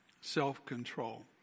self-control